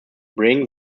bring